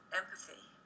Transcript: empathy